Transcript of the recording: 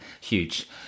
huge